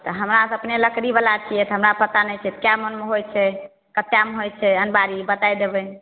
हमरा तऽ अपने लकड़ी बला छियै तऽ हमरा तऽ पता नहि छै कै मनमे होइ छै कत्तेमे होइ छै अनमारी बताए देबै